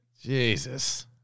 Jesus